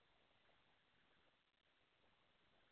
नीला बी ऐ नीला लेई लैओ